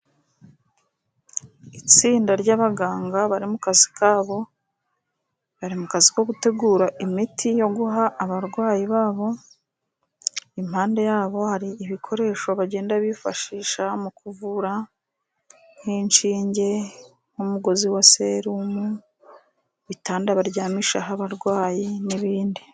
Itsinda ry'abaganga bari mu kazi kabo, bari mu kazi ko gutegura imiti yo guha abarwayi babo, impande yabo hari ibikoresho bagenda bifashisha mu kuvura, nk'inshinge, umugozi wa serumu, ibitanda baryamishaho abarwayi n'ibindi.